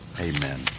Amen